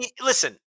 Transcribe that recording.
Listen